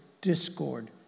discord